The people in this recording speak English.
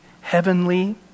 heavenly